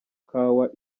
kawa